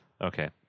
Okay